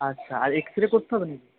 আচ্ছা আর এক্সরে করতে হবে না কি